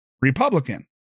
Republican